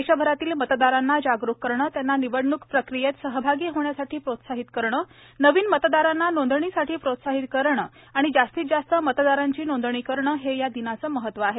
देशभरातील मतदारांना जागरूक करणे त्यांना निवडणूक प्रक्रियेत सहभागी होण्यासाठी प्रोत्साहित करणे नवीन मतदारांना नोंदणीसाठी प्रोत्साहित करणे आणि जास्तीत जास्त मतदारांची नोंदणी करणे हे या दिनाचे महत्त्व आहे